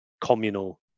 communal